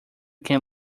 can